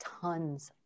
tons